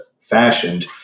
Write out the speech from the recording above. fashioned